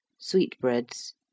sweetbreads